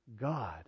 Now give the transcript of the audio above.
God